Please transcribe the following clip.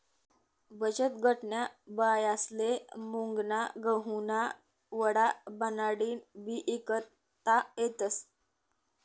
बचतगटन्या बायास्ले मुंगना गहुना वडा बनाडीन बी ईकता येतस